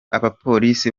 abapolisi